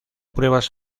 pruebas